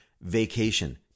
Vacation